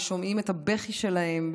ושומעים את הבכי שלהם,